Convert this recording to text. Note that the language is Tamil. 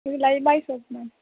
இது லைபாய் சோப் மேம்